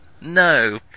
No